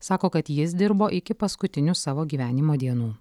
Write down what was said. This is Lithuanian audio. sako kad jis dirbo iki paskutinių savo gyvenimo dienų